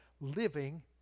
living